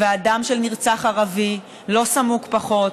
והדם של נרצח ערבי לא סמוק פחות,